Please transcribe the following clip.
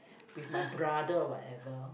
with my brother whatever